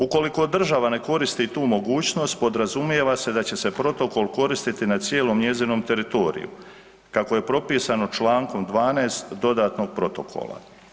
Ukoliko država ne koristi tu mogućnost, podrazumijeva se da će se protokol koristit na cijelom njezinom teritoriju, kako je propisano čl. 12. dodatnog protokola.